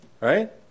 right